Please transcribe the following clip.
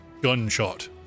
gunshot